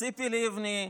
ציפי לבני,